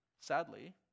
Sadly